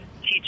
teach